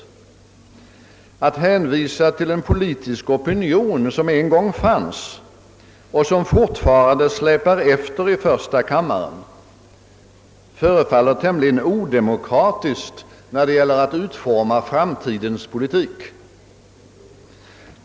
Att hänvisa till en politisk opinion som en gång fanns, och som fortfarande släpar efter i första kammaren, förefaller tämligen odemokratiskt när det gäller att utforma framtidens politik.